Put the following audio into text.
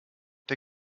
der